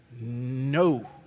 No